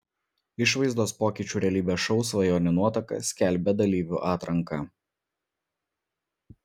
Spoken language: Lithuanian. išvaizdos pokyčių realybės šou svajonių nuotaka skelbia dalyvių atranką